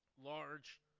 large